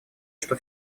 что